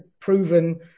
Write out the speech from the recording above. proven